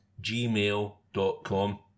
gmail.com